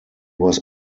was